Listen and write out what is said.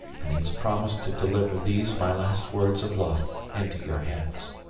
and he has promised to deliver these my last words of love into your hands.